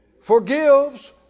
Forgives